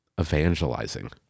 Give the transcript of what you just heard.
evangelizing